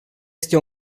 este